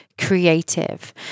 Creative